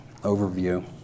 overview